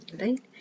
right